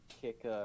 Kick